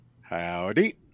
Howdy